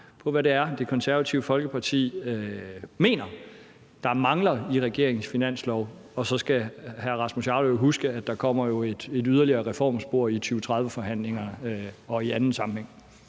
på, hvad det er, Det Konservative Folkeparti mener der mangler i regeringens finanslov. Så skal hr. Rasmus Jarlov jo huske, at der kommer et yderligere reformspor i 2030-forhandlingerne og i anden sammenhæng.